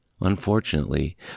Unfortunately